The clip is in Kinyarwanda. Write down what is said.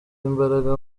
imbaraga